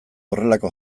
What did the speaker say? horrelako